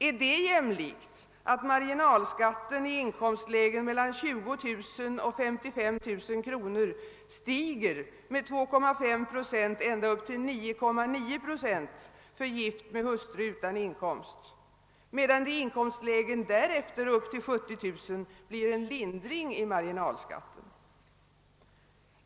är det jämlikt att marginalskatten i inkomstlägen mellan 20000 och 55000 kr. stiger med från 2,5 procent ända upp till 9,9 procent för gift med hustru utan inkomst, medan det i inkomstlägen därefter upp till 70 000 kr. blir en lindring i marginalskatten?